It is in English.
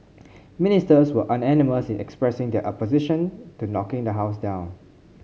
ministers were unanimous in expressing their opposition to knocking the house down